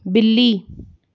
बिल्ली